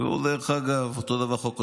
דרך אגב, אותו דבר חוק השבות.